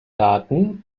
daten